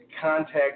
contact